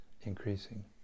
increasing